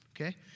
okay